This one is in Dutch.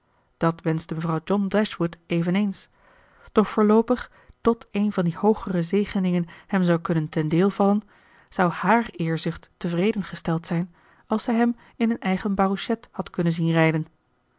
dat wenschte mevrouw john dashwood eveneens doch voorloopig tot een van die hoogere zegeningen hem zou kunnen ten deel vallen zou hààr eerzucht tevreden gesteld zijn als zij hem in een eigen barouchette had kunnen zien rijden